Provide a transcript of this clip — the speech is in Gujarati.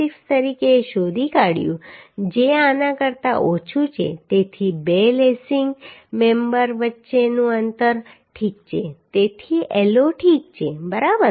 76 તરીકે શોધી કાઢ્યું જે આના કરતા ઓછું છે તેથી બે લેસિંગ મેમ્બર વચ્ચેનું અંતર ઠીક છે તેથી L0 ઠીક છે બરાબર